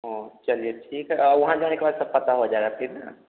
हाँ चलिए ठीक है और वहाँ जाने के बाद सब पता हो जाएगा फ़िर ना